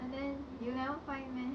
and then you never find meh